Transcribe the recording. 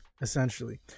essentially